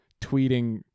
tweeting